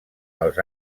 els